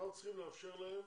ואנחנו צריכים לאפשר להם,